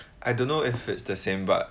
I don't know if it's the same but